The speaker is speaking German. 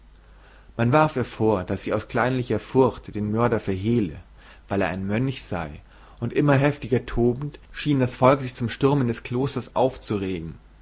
man warf ihr vor daß sie aus kleinlicher furcht den mörder verhehle weil er ein mönch sei und immer heftiger tobend schien das volk sich zum stürmen des klosters aufzuregen